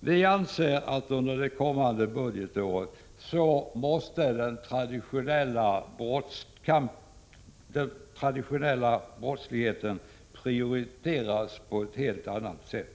Vi anser att kampen mot den traditionella brottsligheten under det kommande budgetåret måste prioriteras på ett helt annat sätt.